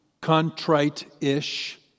contrite-ish